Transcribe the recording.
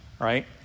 right